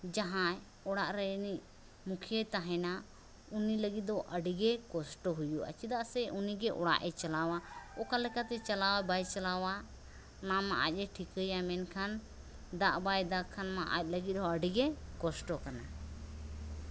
ᱡᱟᱦᱟᱸᱭ ᱚᱲᱟᱜ ᱨᱮᱱᱤᱡ ᱢᱩᱠᱷᱤᱭᱟᱹᱭ ᱛᱟᱦᱮᱱᱟ ᱩᱱᱤ ᱞᱟᱹᱜᱤᱫ ᱫᱚ ᱟᱹᱰᱤ ᱜᱮ ᱠᱚᱥᱴᱚ ᱦᱩᱭᱩᱜᱼᱟ ᱪᱮᱫᱟᱜ ᱥᱮ ᱩᱱᱤ ᱜᱮ ᱚᱲᱟᱜ ᱮ ᱪᱟᱞᱟᱣᱟ ᱚᱠᱟ ᱞᱮᱟᱠᱟᱛᱮᱭ ᱪᱟᱞᱟᱣᱟ ᱵᱟᱭ ᱪᱟᱞᱟᱣᱟ ᱚᱱᱟ ᱢᱟ ᱟᱡ ᱮ ᱴᱷᱤᱠᱟᱹᱭᱟ ᱢᱮᱱᱠᱷᱟᱱ ᱫᱟᱜ ᱵᱟᱭ ᱫᱟᱜ ᱠᱷᱟᱱᱢᱟ ᱟᱡ ᱞᱟᱹᱜᱤᱫ ᱦᱚᱸ ᱟᱹᱰᱤ ᱜᱮ ᱠᱚᱥᱴᱚ ᱠᱟᱱᱟ